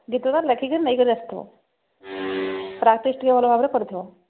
ଗୀତଟା ଲେଖିକରି ନେଇକରି ଆସିଥିବ ପ୍ରାକ୍ଟିସ୍ ଟିକେ ଭଲ ଭାବରେ କରିଥିବ